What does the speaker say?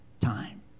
time